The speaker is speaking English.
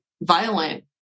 violent